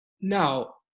Now